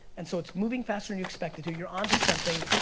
and so it's moving faster than you expected, you're you're onto something,